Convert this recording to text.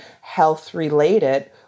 health-related